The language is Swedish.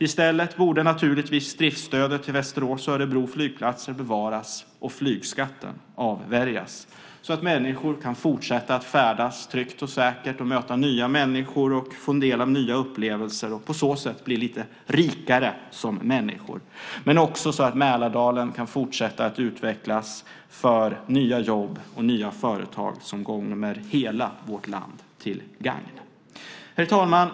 I stället borde naturligtvis driftsstödet till Västerås och Örebro flygplatser bevaras och flygskatten avvärjas, så att människor kan fortsätta att färdas tryggt och säkert, möta nya människor, få del av nya upplevelser och på så sätt bli lite rikare som människor, men också så att Mälardalen kan fortsätta att utvecklas för nya jobb och nya företag, som är till gagn för hela vårt land. Herr talman!